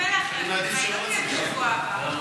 ואז, תהיה ממילא החלטה, היא לא תהיה בשבוע הבא.